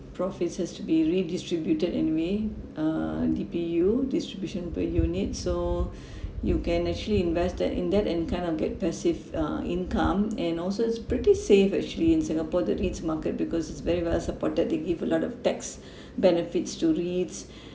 profits has to be redistributed anyway uh D_P_U distribution per unit so you can actually invest that in that and you kind of get passive uh income and also is pretty safe actually in singapore the REITS market because it's very well supported they give a lot of tax benefits to REITS